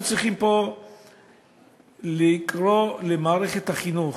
אנחנו צריכים פה לקרוא למערכת החינוך,